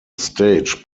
stage